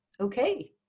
okay